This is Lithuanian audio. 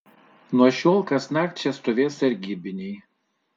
nuo šiol kasnakt čia stovės sargybiniai